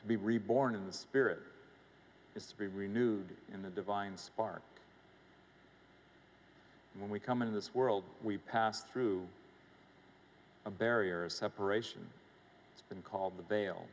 to be reborn in the spirit is to be renewed in the divine spark when we come into this world we pass through a barrier of separation and call the bail